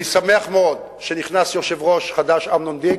אני שמח מאוד שנכנס יושב-ראש חדש, אמנון דיק.